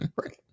Right